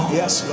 yes